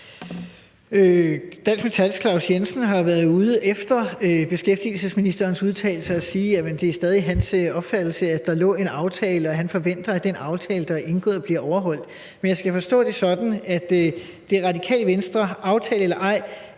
Dansk Metals Claus Jensen har jo været ude efter beskæftigelsesministerens udtalelse og sige, at det stadig er hans opfattelse, at der lå en aftale, og han forventer, at den aftale, der er indgået, bliver overholdt. Men jeg skal forstå det sådan, at Radikale Venstre, aftale eller ej,